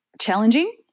challenging